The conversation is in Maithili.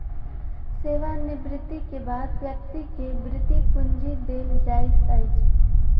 सेवा निवृति के बाद व्यक्ति के वृति पूंजी देल जाइत अछि